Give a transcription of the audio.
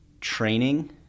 training